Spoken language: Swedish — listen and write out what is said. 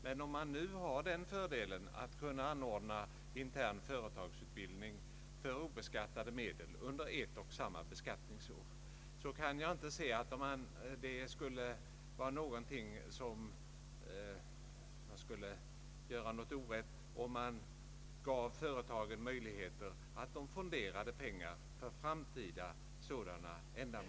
Men om företagen nu har förmånen att kunna anordna intern företagsutbildning för obeskattade medel under ett och samma beskattningsår, kan jag inte se att vi skulle göra något orätt, om vi gav företagen möjligheter att fondera pengar för framtida sådana ändamål.